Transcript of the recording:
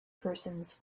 persons